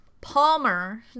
Palmer